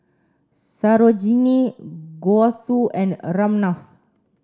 Sarojini Gouthu and Ramnath